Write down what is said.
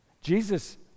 Jesus